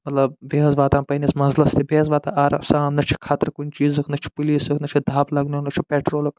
مطلب بیٚیہِ حظ واتان پنٛنِس منزلس تہِ بیٚیہِ حظ واتان آرام سان نَہ چھُ خطرٕ کُنہِ چیٖزُک نَہ چھُ پُلیٖسُک نَہ چھُ دب لگنُک نَہ چھُ پٮ۪ٹرولُک